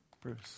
Bruce